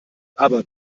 aber